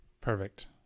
Perfect